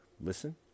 listen